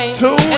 two